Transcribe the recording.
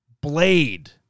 Blade